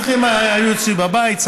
הנכים היו אצלי בבית,